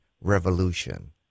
Revolution